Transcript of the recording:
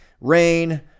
rain